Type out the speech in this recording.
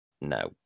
no